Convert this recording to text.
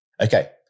Okay